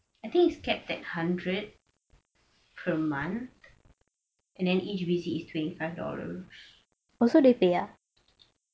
I think is capped at hundred per month and then each V_C is twenty five dollars